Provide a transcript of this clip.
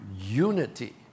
unity